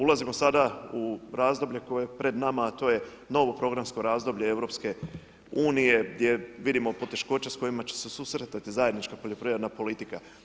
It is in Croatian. Ulazimo sada u razdoblje koje je pred nama a to je novo programsko razdoblje EU-a gdje vidimo poteškoće s kojima će se susretati zajednička poljoprivredna politika.